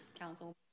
council